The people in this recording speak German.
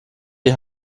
die